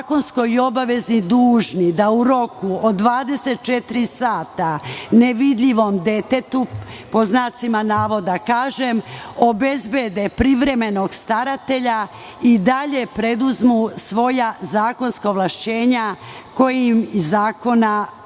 zakonskoj obavezi dužni da u roku od 24 sada nevidljivom detetu, pod znacima navoda kažem, obezbede privremenog staratelja i dalje preduzmu svoja zakonska ovlašćenja koja im iz zakona